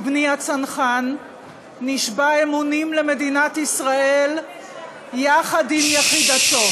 בני הצנחן נשבע אמונים למדינת ישראל יחד עם יחידתו.